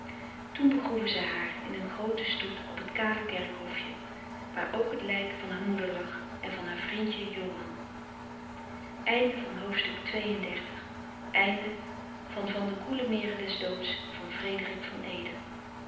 begroeven zij haar in een grooten stoet op t kale kerkhofje waar ook t lijk van haar moeder lag en van haar vrindje